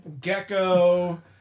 gecko